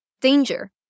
Danger